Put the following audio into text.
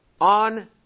on